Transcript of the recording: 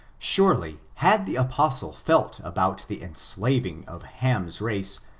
surely, had the apostle felt about the enslavmg of ham's race,